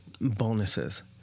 bonuses